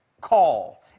call